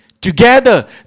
Together